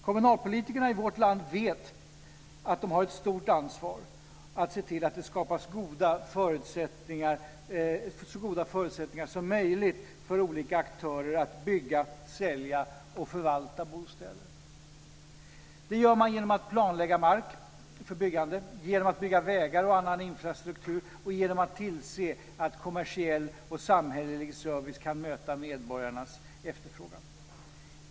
Kommunalpolitikerna i vårt land vet att de har ett stort ansvar för att se till att det skapas så goda förutsättningar som möjligt för olika aktörer att bygga, sälja och förvalta bostäder. Det gör man genom att planlägga mark för byggande, genom att bygga vägar och annan infrastruktur och genom att tillse att kommersiell och samhällelig service kan möta medborgarnas efterfrågan.